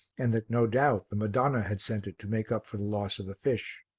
and that no doubt the madonna had sent it to make up for the loss of the fish.